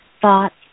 thoughts